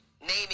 naming